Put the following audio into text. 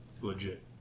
legit